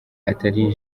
atari